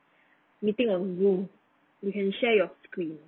meeting a room you can share your screen